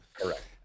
Correct